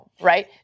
right